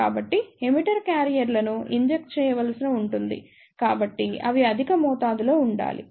కాబట్టి ఎమిటర్ క్యారియర్లను ఇంజెక్ట్ చేయవలసి ఉంటుంది కాబట్టి అవి అధిక మోతాదులో ఉండాలి